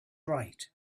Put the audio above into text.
right